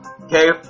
okay